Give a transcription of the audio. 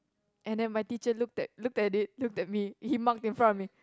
and then my teacher looked at looked at it looked at me he marked in front of me